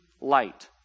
light